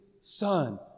son